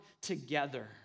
together